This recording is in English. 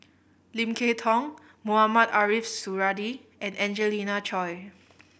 Lim Kay Tong Mohamed Ariff Suradi and Angelina Choy